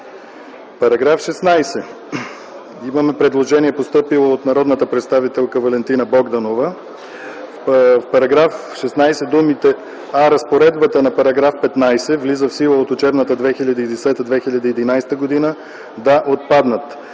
Параграф 16 – имаме предложение постъпило от народния представител Валентина Богданова: „В § 16 думите „а разпоредбата на § 15 влиза в сила от учебната 2010-2011 г.” да отпаднат.”